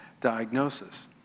diagnosis